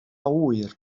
ŵyr